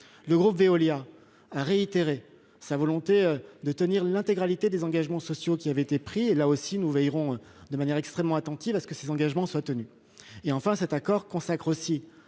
Le groupe Veolia a réitéré sa volonté de tenir l'intégralité des engagements sociaux qui avaient été pris. Nous veillerons de manière extrêmement attentive à ce que ces engagements soient tenus. Cet accord consacre aussi